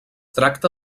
tracta